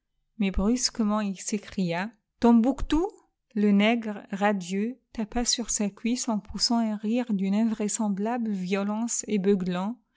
mais brusquement il s'écria tombouctou le nègre radieux tapa sur sa cuisse en poussant un rire d'une invraisemblable violence et beuglant